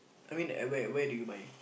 I mean at where where did you buy